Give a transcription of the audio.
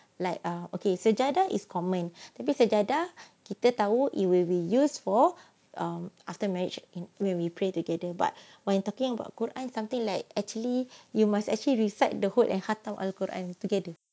like uh okay so jada is common tapi seh jada kita tahu you will be used for um after marriage in when we play together but when talking about quran and something like actually you must actually reflect the whole when you hantar al quran